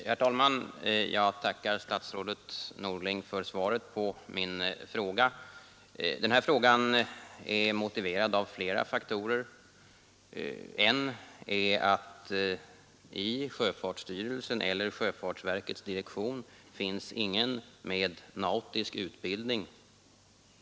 Herr talman! Jag tackar statsrådet Norling för svaret. Min fråga är motiverad av flera faktorer. En av dem är att det i sjöfartsstyrelsen eller i sjöfartsverkets direktion inte finns någon med nautisk utbildning.